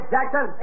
Jackson